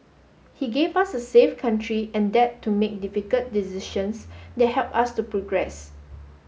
he gave us a safe country and dared to make difficult decisions that helped us to progress